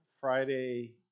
Friday